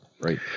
Right